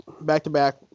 back-to-back